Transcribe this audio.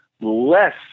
less